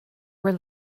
were